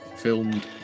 filmed